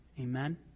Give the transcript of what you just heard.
Amen